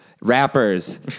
rappers